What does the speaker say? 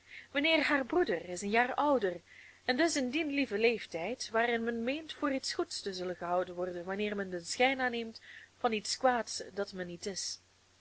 mijnheer haar broeder is een jaar ouder en dus in dien lieven leeftijd waarin men meent voor iets goeds te zullen gehouden worden wanneer men den schijn aanneemt van iets kwaads dat men niet is